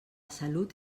salut